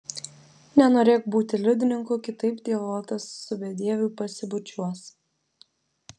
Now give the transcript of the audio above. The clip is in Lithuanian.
nenorėk būti liudininku kaip dievotas su bedieviu pasibučiuos